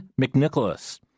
McNicholas